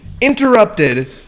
interrupted